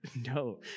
no